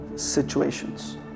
Situations